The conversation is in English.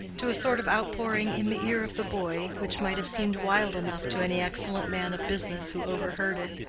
to a sort of outpouring in the ear of the boy which might have seemed wild enough to any excellent man of business who overheard it.